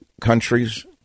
countries